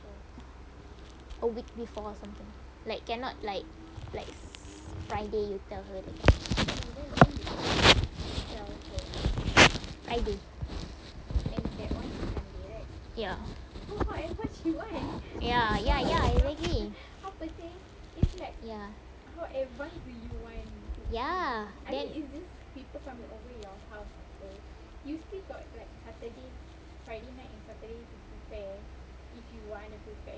a week before or something like cannot like friday you tell her that kind friday ya ya ya exactly ya ya then